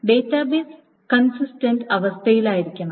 database consistent അവസ്ഥയിലായിരിക്കണം